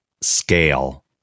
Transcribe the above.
scale